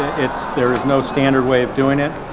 its, there is no standard way of doing it.